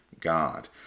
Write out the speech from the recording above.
God